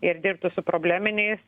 ir dirbtų su probleminiais